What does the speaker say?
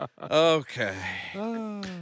Okay